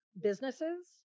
businesses